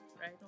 Right